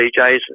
DJs